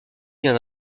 vient